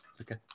okay